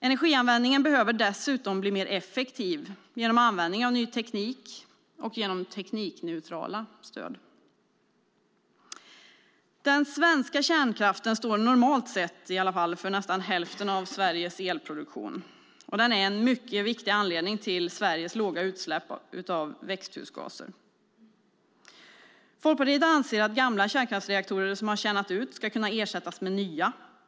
Energianvändningen behöver dessutom bli mer effektiv genom användning av ny teknik och genom teknikneutrala stöd. Den svenska kärnkraften står normalt sett för nästan hälften av Sveriges elproduktion, och den är en mycket viktig anledning till Sveriges låga utsläpp av växthusgaser. Folkpartiet anser att gamla kärnkraftsreaktorer som har tjänat ut ska kunna ersättas med nya.